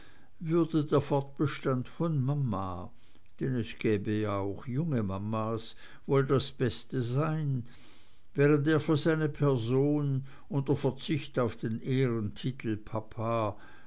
würde der fortbestand von mama denn es gäbe auch junge mamas wohl das beste sein während er für seine person unter verzicht auf den ehrentitel